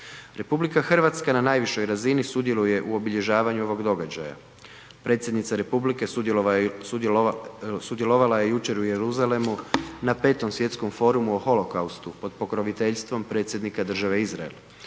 odabrane. RH na najvišoj razini sudjeluje u obilježavanju ovog događaja. Predsjednica republike sudjelovala je jučer u Jeruzalemu na 5. svjetskom forumu o holokaustu pod pokroviteljstvom predsjednika države Izrael,